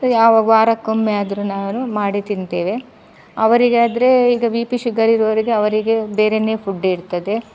ಯಾವಾಗ ವಾರಕ್ಕೊಮ್ಮೆ ಆದರೂ ನಾನು ಮಾಡಿ ತಿಂತೇವೆ ಅವರಿಗಾದರೆ ಈಗ ಬಿ ಪಿ ಶುಗರ್ ಇರುವವರಿಗೆ ಅವರಿಗೆ ಬೇರೆನೆ ಫುಡ್ ಇರ್ತದೆ